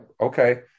okay